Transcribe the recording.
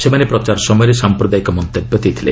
ସେମାନେ ପ୍ରଚାର ସମୟରେ ସାଂପ୍ରଦାୟିକ ମନ୍ତବ୍ୟ ଦେଇଥିଲେ